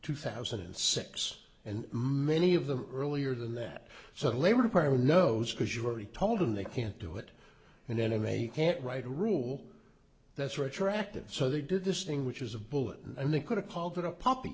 two thousand and six and many of the earlier than that so the labor department knows because you've already told them they can't do it and then i'm a you can't write a rule that's retroactive so they did this thing which is a bullet and they could have called it a poppy